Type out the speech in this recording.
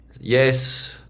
yes